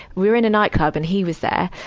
we were in a nightclub, and he was there.